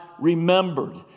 remembered